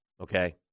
okay